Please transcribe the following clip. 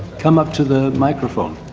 come up to the microphone.